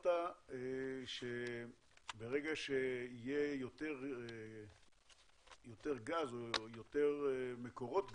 אמרת שברגע שיהיו יותר גז או יותר מקורות גז,